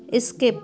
skip